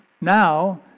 now